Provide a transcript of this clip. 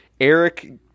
Eric